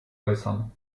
äußern